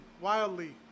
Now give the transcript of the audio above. wildly